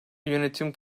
yönetim